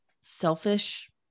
selfish